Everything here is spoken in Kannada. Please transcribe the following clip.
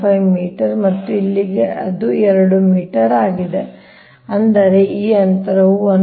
5 ಮೀಟರ್ ಮತ್ತು ಇಲ್ಲಿಗೆ ಇದು 2 ಮೀಟರ್ ಆಗಿದೆ ಅಂದರೆ ಈ ಅಂತರವು 1